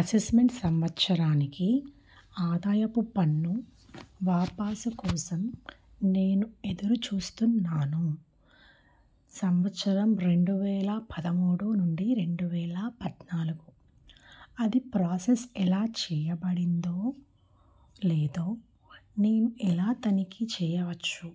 assessment సంవత్సరానికి ఆదాయపు పన్ను వాపసు కోసం నేను ఎదురుచూస్తున్నాను సంవత్సరం రెండు వేల పదమూడు నుండి రెండు వేల పద్నాలుగు అది ప్రాసెస్ ఎలా చేయబడిందో లేదో నేను ఎలా తనిఖీ చేయవచ్చు